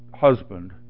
husband